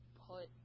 put